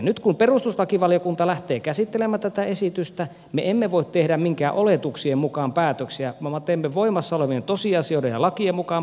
nyt kun perustuslakivaliokunta lähtee käsittelemään tätä esitystä me emme voi tehdä minkään oletuksien mukaan päätöksiä vaan me teemme voimassa olevien tosiasioiden ja lakien mukaan päätöksiä